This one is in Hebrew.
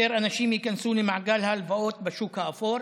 יותר אנשים ייכנסו למעגל ההלוואות בשוק האפור,